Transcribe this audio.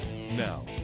Now